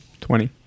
Twenty